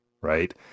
right